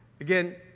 Again